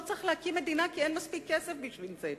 צריך להקים מדינה כי אין מספיק כסף בשביל זה,